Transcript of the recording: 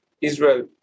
Israel